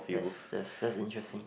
yes yes that's interesting